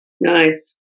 Nice